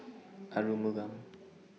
Arumugam